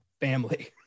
family